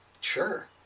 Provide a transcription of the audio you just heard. Sure